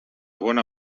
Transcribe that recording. bona